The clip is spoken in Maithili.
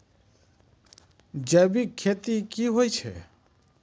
जैविक खेती की होय छै?